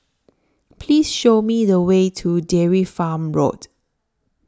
Please Show Me The Way to Dairy Farm Road